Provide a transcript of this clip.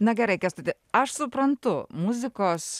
na gerai kęstuti aš suprantu muzikos